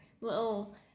little